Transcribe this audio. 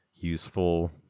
useful